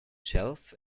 shelf